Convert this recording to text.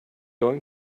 going